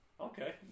okay